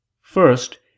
First